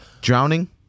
drowning